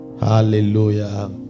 Hallelujah